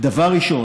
דבר ראשון,